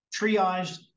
triage